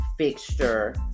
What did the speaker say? fixture